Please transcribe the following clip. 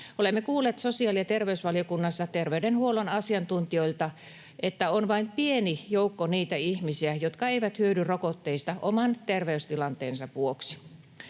Olemme kuulleet sosiaali‑ ja terveysvaliokunnassa terveydenhuollon asiantuntijoilta, että on vain pieni joukko niitä ihmisiä, jotka eivät hyödy rokotteista oman terveystilanteensa vuoksi.